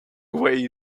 way